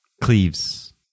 Cleves